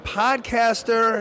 podcaster